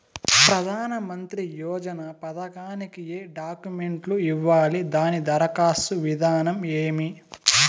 ప్రధానమంత్రి యోజన పథకానికి ఏ డాక్యుమెంట్లు ఇవ్వాలి దాని దరఖాస్తు విధానం ఏమి